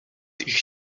ich